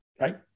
right